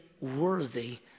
worthy